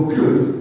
good